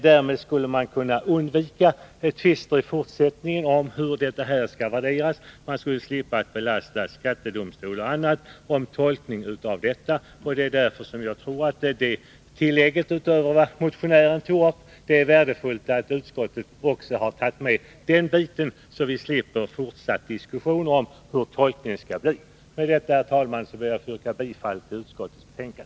Därmed skulle man i fortsättningen kunna undvika tvister om hur denna förmån skall värderas. Man skulle slippa att belasta skattedomstolar m.fl. med frågor om tolkning. Därför tror jag att det är värdefullt att utskottet också har tagit med det tillägget, utöver det som motionären tog upp, så att vi slipper en fortsatt diskussion om tolkningen. Med detta, herr talman, ber jag att få yrka bifall till utskottets hemställan.